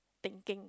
thinking